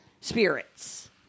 spirits